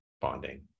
bonding